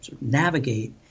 navigate